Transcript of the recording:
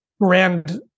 grand